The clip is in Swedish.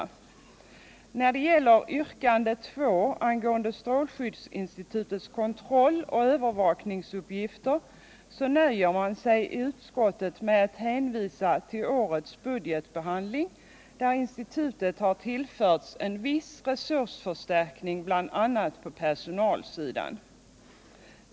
När det gäller yrkande 2 angående strålskyddsinstitutets kontroll och övervakningsuppgifter nöjer man sig i utskottet med att hänvisa till årets budgetbehandling, där institutet tillförts viss resursförstärkning bl.a. på personalsidan.